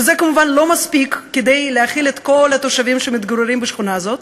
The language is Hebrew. שזה כמובן לא מספיק כדי להכיל את כל התושבים שמתגוררים בשכונה הזאת?